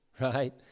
right